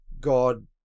God